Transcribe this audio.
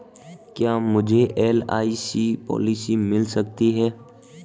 क्या मुझे LIC policy मिल सकती है?